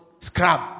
scrub